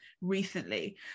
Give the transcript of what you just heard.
recently